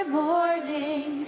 morning